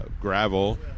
gravel